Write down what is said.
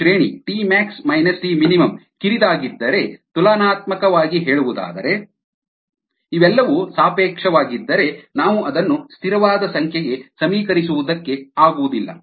ಈ ಶ್ರೇಣಿ Tmax Tmin ಕಿರಿದಾಗಿದ್ದರೆ ತುಲನಾತ್ಮಕವಾಗಿ ಹೇಳುವುದಾದರೆ ಇವೆಲ್ಲವೂ ಸಾಪೇಕ್ಷವಾಗಿದ್ದರೆ ನಾವು ಅದನ್ನು ಸ್ಥಿರವಾದ ಸಂಖ್ಯೆಗೆ ಸಮೀಕರಿಸುವುದಕ್ಕೆ ಆಗುವುದಿಲ್ಲ